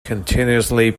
continuously